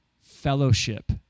fellowship